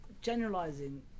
generalizing